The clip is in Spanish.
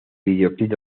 videoclip